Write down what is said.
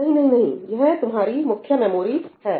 नहीं नहीं नहीं यह तुम्हारी मुख्य मेमोरी है